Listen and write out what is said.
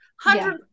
hundred